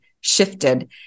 shifted